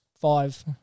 five